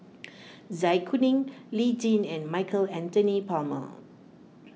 Zai Kuning Lee Tjin and Michael Anthony Palmer